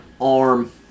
arm